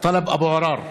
טלב אבו עראר,